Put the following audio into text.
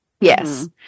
Yes